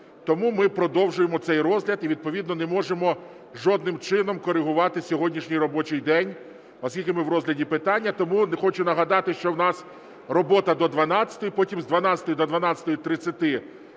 тому ми продовжуємо цей розгляд і відповідно не можемо жодним чином коригувати сьогоднішній робочий день, оскільки ми в розгляді питання. Тому хочу нагадати, що у нас робота до 12-ї. Потім з 12-ї до 12:30